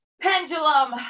pendulum